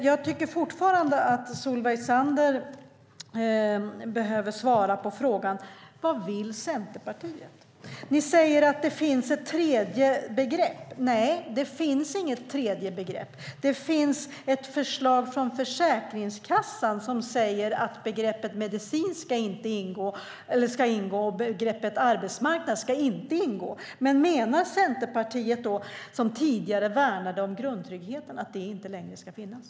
Jag tycker fortfarande att Solveig Zander behöver svara på frågan: Vad vill Centerpartiet? Ni säger att det finns ett tredje begrepp. Nej, det finns inget tredje begrepp. Det finns ett förslag från Försäkringskassan som säger att begreppet "medicinsk" ska ingå och att begreppet "arbetsmarknad" inte ska ingå. Menar Centerpartiet som tidigare värnade om grundtryggheten att det inte längre ska finnas?